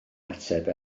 ateb